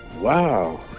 wow